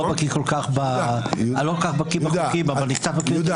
אני לא בקי כל כך בחוקים, אבל אני קצת מכיר את